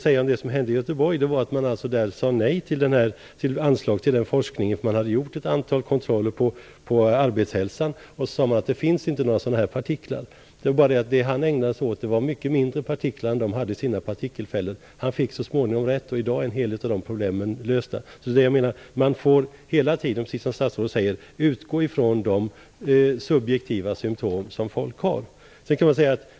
I Göteborg sade man nej till anslag till forskning, eftersom det hade gjorts ett antal kontroller på arbetshälsan. Man sade att det inte finns några sådana partiklar. De partiklar denne lärare ägnade sig åt att forska kring var mycket mindre än de partiklar som fastnar i partikelfällorna. Han fick så småningom rätt. I dag är en hel del av de problemen lösta. Man får hela tiden, precis som statsrådet säger, utgå från de subjektiva symtom som folk har.